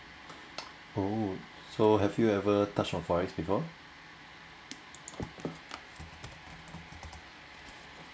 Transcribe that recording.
oh so have you ever touch on FOREX before